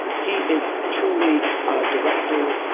he is truly a director,